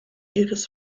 iris